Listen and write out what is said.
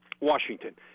Washington